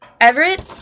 Everett